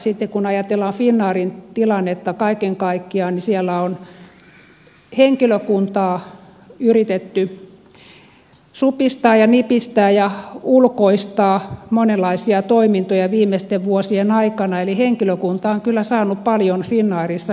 sitten kun ajatellaan finnairin tilannetta kaiken kaikkiaan niin siellä on henkilökuntaa yritetty supistaa ja nipistää ja ulkoistaa monenlaisia toimintoja viimeisten vuosien aikana eli henkilökunta on kyllä saanut paljon finnairissa joustaa